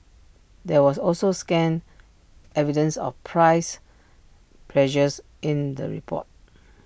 there was also scant evidence of price pressures in the report